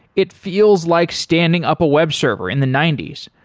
it feels like standing up a web server in the ninety s.